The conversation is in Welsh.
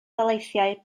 daleithiau